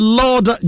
lord